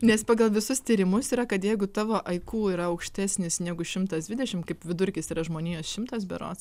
nes pagal visus tyrimus yra kad jeigu tavo iq yra aukštesnis negu šimtas dvidešim kaip vidurkis yra žmonijos šimtas berods